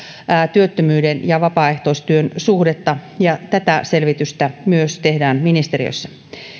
työttömyyden ja vapaaehtoistyön suhdetta tätä selvitystä myös tehdään ministeriössä